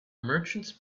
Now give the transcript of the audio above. merchants